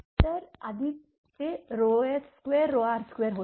तर आधीच ते s2r2 होते